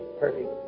perfect